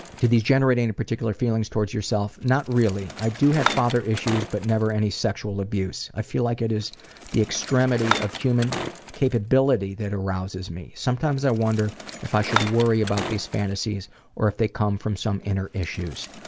do these generate any particular feelings towards yourself not really. i do have father issues, but never any sexual abuse. i feel like it is the extremity of human capability that arouses me. sometimes i wonder if i should worry about these fantasies or if they come from some inner issues.